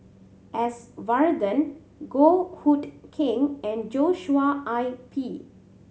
S Varathan Goh Hood Keng and Joshua I P